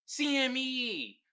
CME